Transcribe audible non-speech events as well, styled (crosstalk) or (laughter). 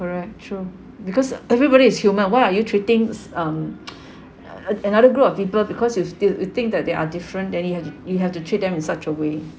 correct true because everybody is human why are you treating um (noise) uh another group of people because you still you think that they are different than you have to you have to treat them in such a way